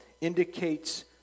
indicates